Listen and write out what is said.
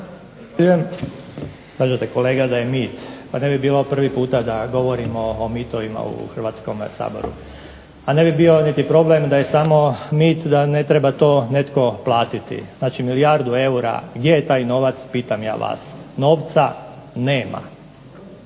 znači milijardu eura, gdje je taj novac pitam ja vas? Novca nema,